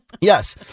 Yes